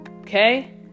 okay